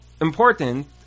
important